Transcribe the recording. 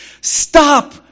Stop